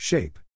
Shape